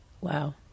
wow